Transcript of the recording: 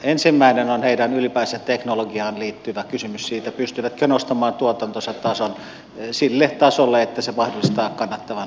ensimmäinen on ylipäänsä teknologiaan liittyvä kysymys siitä pystyvätkö he nostamaan tuotantonsa tason sille tasolle että se mahdollistaa kannattavan liiketoiminnan